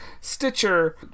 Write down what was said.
Stitcher